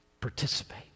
Participate